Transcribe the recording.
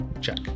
check